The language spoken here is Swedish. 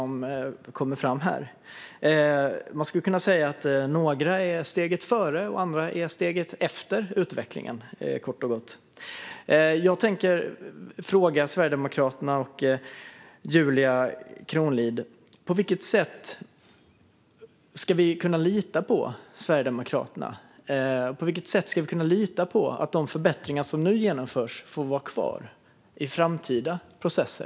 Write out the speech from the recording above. Man skulle kunna säga att några är steget före och andra steget efter utvecklingen, kort och gott. Jag tänker fråga Sverigedemokraterna och Julia Kronlid: På vilket sätt ska vi kunna lita på Sverigedemokraterna? På vilket sätt ska vi kunna lita på att de förbättringar som nu genomförs får vara kvar i framtida processer?